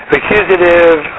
Accusative